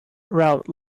route